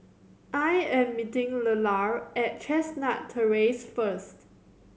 I am meeting Lelar at Chestnut Terrace first